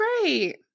great